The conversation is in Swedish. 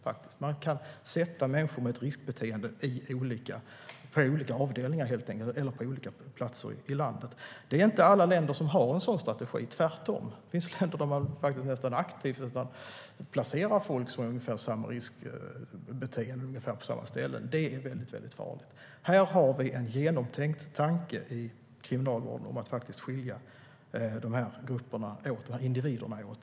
Man kan helt enkelt sätta människor med ett riskbeteende på olika avdelningar eller på olika platser i landet. Det är inte alla länder som har en sådan strategi, tvärtom. Det finns länder där man nästan aktivt placerar folk som har ungefär samma riskbeteende på samma ställen. Det är väldigt farligt. Här har vi en genomtänkt tanke i Kriminalvården. Det handlar om att skilja de här grupperna och individerna åt.